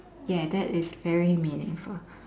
ya that is very meaningful